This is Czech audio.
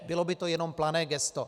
Bylo by to jenom plané gesto.